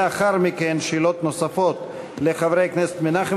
לאחר מכן שאלות נוספות לחבר הכנסת מנחם